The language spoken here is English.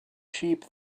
sheep